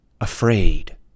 afraid